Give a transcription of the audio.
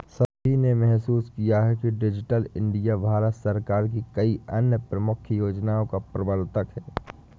सभी ने महसूस किया है कि डिजिटल इंडिया भारत सरकार की कई अन्य प्रमुख योजनाओं का प्रवर्तक है